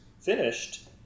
finished